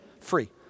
free